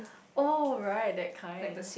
oh right that kind